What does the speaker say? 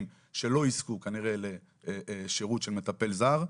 שלא יזכו כנראה לשירות של מטפל זר,